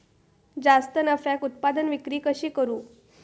जास्त नफ्याक उत्पादन विक्री कशी करू?